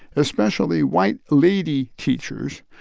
especially white lady teachers,